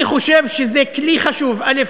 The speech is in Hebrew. אני חושב שזה כלי חשוב, א.